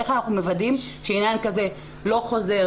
איך אנחנו מוודאים שעניין כזה לא חוזר